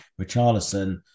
Richarlison